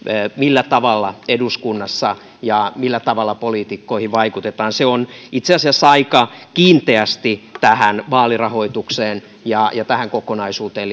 millä tavalla eduskunnassa ja millä tavalla poliitikkoihin vaikutetaan se on itse asiassa aika kiinteästi tähän vaalirahoitukseen ja tähän kokonaisuuteen